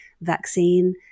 vaccine